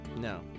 No